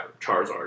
Charizard